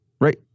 right